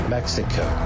Mexico